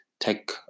take